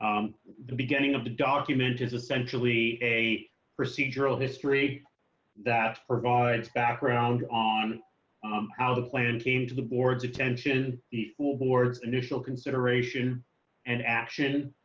um the beginning of the document is essentially a procedural history that provides background on um how the plan came to the board's attention the full boards initial consideration and action.